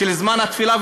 בזמן התפילה,